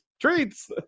Treats